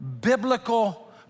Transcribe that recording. biblical